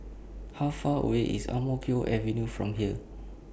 How Far away IS Ang Mo Kio Avenue from here